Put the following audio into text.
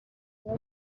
خیره